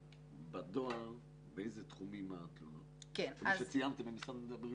באיזה תחומים התלונות לגבי הדואר?